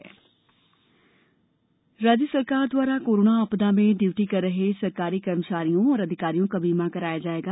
CM police प्रदेश सरकार द्वारा कोरोना आपदा में ड्यूटी कर रहे सरकारी कर्मचारियों और अधिकारियों का बीमा कराया जायेगा